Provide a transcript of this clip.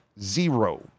zero